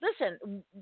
listen